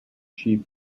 chief